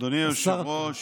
השר אקוניס?